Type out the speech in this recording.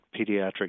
pediatric